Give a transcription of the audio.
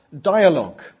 dialogue